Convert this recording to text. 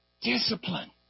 Discipline